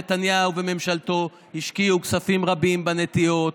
נתניהו וממשלתו השקיעו כספים רבים בנטיעות,